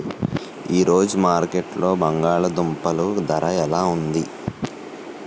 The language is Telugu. ఈ రోజు మార్కెట్లో బంగాళ దుంపలు ధర ఎలా ఉంది?